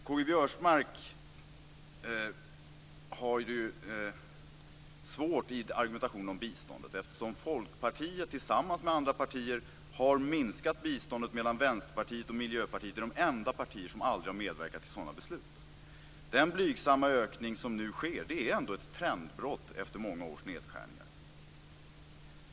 K-G Biörsmark har svårt med argumentationen om biståndet eftersom Folkpartiet tillsammans med andra partier har minskat biståndet, medan Vänsterpartiet och Miljöpartiet är de enda partier som aldrig har medverkat till sådana beslut. Den blygsamma ökning som nu sker är ändå ett trendbrott efter många års nedskärningar.